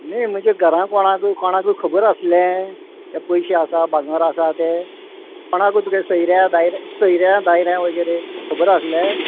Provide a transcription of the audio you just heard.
न्ही म्हणजे घरा कोणाक कोणाकूय खबर आसलें ते पयशे आसा भांगर आसा तें कोणाकूय तुगे सोयऱ्यां दायऱ्या सोयऱ्यां दायऱ्यां वगेरे खबर आसलें